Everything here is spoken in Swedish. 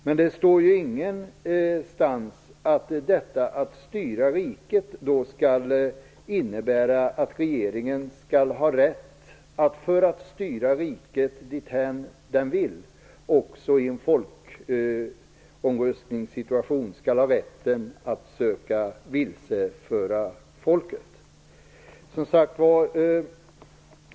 Men det står ingenstans att detta att styra riket skall innebära att regeringen skall ha rätt att styra riket dithän den vill, att den också i en folkomröstningssituation ha rätten att försöka vilseföra folket.